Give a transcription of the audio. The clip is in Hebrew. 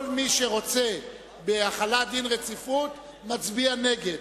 כל מי שרוצה בהחלת דין רציפות, מצביע נגד.